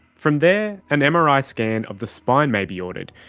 from there, an mri scan of the spine may be ordered,